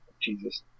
Jesus